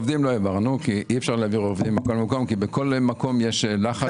עובדים לא העברנו, כי בכל מקום יש לחץ.